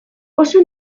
oso